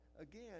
again